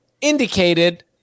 indicated